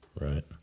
Right